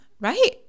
right